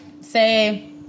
say